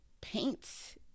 paints